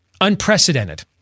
unprecedented